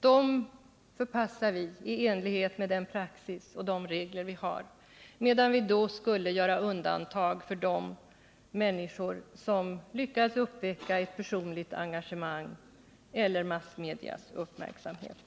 Dem förpassar vi i enlighet med den praxis och de regler vi har, medan vi alltså skulle göra undantag för de människor som lyckats uppväcka ett personligt engagemang eller massmedias uppmärksamhet.